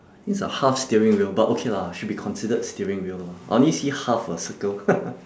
I think it's a half steering wheel but okay lah should be considered steering wheel lah I only see half a circle